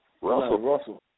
Russell